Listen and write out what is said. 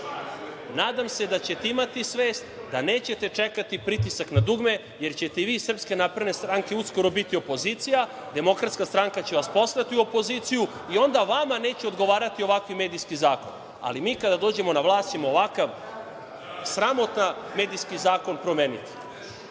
se da ćete imati svest, da nećete čekati pritisak na dugme, jer ćete i vi iz SNS uskoro biti opozicija, DS će vas poslati u opoziciju i onda vama neće odgovarati ovakav medijski zakon, ali mi kada dođemo na vlast ćemo ovakav sramotan medijski zakon promeniti.